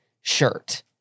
shirt